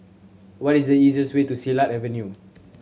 what is the easiest way to Silat Avenue